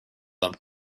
them